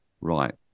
right